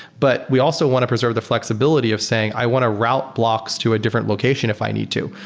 but we also want to preserve the flexibility of saying i want to route blocks to a different location if i need to.